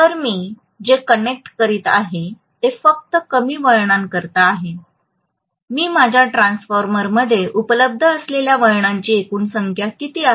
तर मी जे कनेक्ट करीत आहे ते फक्त कमी वळणांकरिता आहे तर मग माझ्या ट्रान्सफॉर्मरमध्ये उपलब्ध असलेल्या वळणाची एकूण संख्या किती आहे